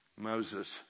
Moses